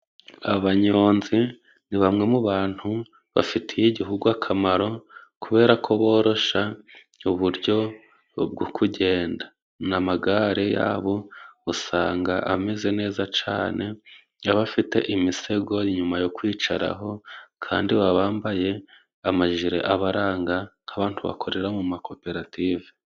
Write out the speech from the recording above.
Abanyonzi ni bamwe mu bantu bafitiye igihugu akamaro，kubera ko borosha uburyo bwo kugenda. N’amagare yabo usanga ameze neza cane，n'abafite imisego inyuma yo kwicaraho， kandi baba bambaye amajire abaranga， nk'abantu bakorera mu makoperative.